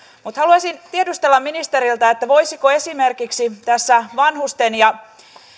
mutta haluaisin tiedustella ministeriltä voisiko esimerkiksi tässä vanhusten ja